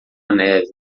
neve